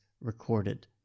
recorded